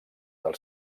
del